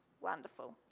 Wonderful